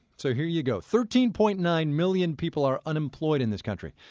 so here you go thirteen point nine million people are unemployed in this country.